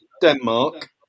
Denmark